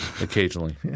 Occasionally